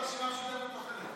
חבר הכנסת עידן רול,